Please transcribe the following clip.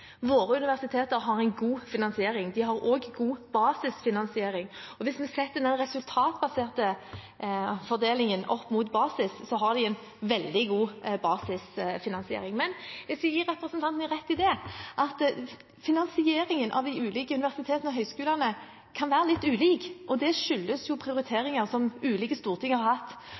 Våre universiteter har en god finansiering. De har også en god basisfinansiering. Hvis vi setter den resultatbaserte fordelingen opp mot basis, har de en veldig god basisfinansiering. Men jeg skal gi representanten rett i at finansieringen av de ulike universitetene og høyskolene kan være litt ulik, og det skyldes prioriteringer som ulike storting har hatt